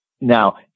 Now